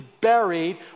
buried